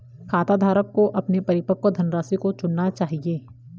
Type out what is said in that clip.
खाताधारक को अपने परिपक्व धनराशि को चुनना चाहिए